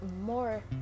more